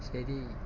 ശരി